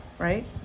Right